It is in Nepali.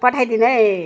पठाइदिनु है